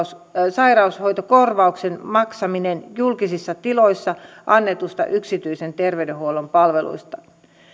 sairaushoitokorvauksen maksaminen julkisissa tiloissa annetuista yksityisen terveydenhuollon palveluista